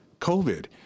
COVID